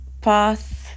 path